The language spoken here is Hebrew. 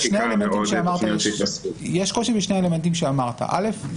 חקיקה ותכניות -- יש קושי בשני האלמנטים שאמרת ראשית,